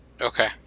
Okay